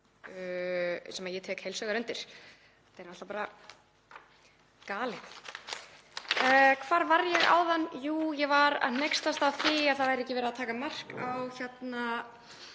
sem ég tek heils hugar undir. Þetta er náttúrlega bara galið. Hvar var ég áðan? Jú, ég var að hneykslast á því að það væri ekki verið að taka mark á